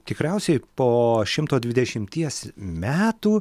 tikriausiai po šimto dvidešimties metų